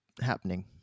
happening